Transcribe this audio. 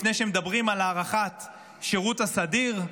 לפני שמדברים על הארכת השירות הסדיר,